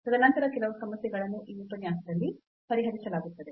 ತದನಂತರ ಕೆಲವು ಸಮಸ್ಯೆಗಳನ್ನು ಈ ಉಪನ್ಯಾಸದಲ್ಲಿ ಪರಿಹರಿಸಲಾಗುತ್ತದೆ